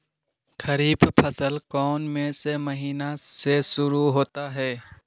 खरीफ फसल कौन में से महीने से शुरू होता है?